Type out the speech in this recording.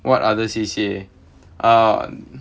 what other C_C_A uh